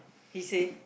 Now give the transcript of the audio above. he say